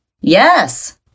yes